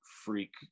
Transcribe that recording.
freak